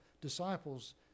disciples